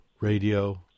radio